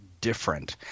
different